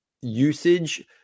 usage